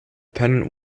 pennant